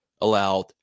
Allowed